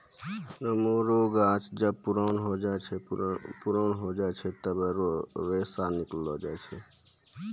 नेमो रो गाछ जब पुराणा होय करि के पुराना हो जाय छै तबै रेशा निकालो जाय छै